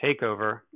takeover